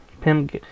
pimp